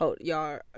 Y'all